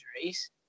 injuries